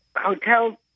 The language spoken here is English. hotel